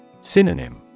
Synonym